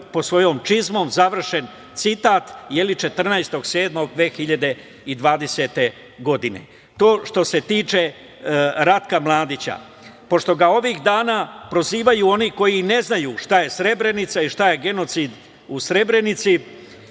pod svojom čizmom", završen citat, 14. 7. 2020. godine. To je što se tiče Ratka Mladića. Pošto ga ovih dana prozivaju oni koji i ne znaju šta je Srebrenica i šta je genocid u Srebrenici,